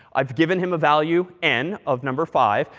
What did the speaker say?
i've given him a value, n of number five.